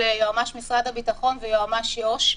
היועץ המשפטי במשרד הביטחון ונציגי היועץ המשפטי יו"ש.